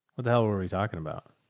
what the hell are we talking about?